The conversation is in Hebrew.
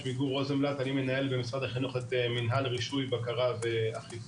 שמי גור רוזנבלט אני במנהל במשרד החינוך את מנהל הרישוי בקרה ואכיפה.